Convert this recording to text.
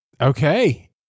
Okay